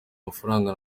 amafaranga